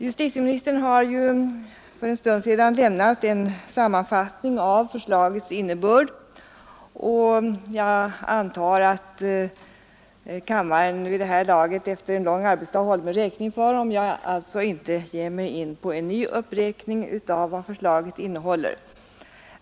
Justitieministern gjorde för en stund sedan en sammanfattning av förslaget, och jag antar därför att kammaren efter en lång arbetsdag håller mig räkning för att jag inte ger mig in på en redovisning av vad förslaget innebär.